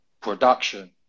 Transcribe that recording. production